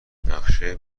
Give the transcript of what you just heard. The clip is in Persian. نقشه